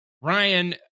Ryan